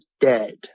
Dead